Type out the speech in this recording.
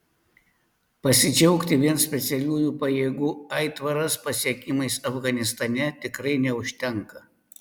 pasidžiaugti vien specialiųjų pajėgų aitvaras pasiekimais afganistane tikrai neužtenka